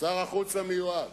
שר החוץ המיועד.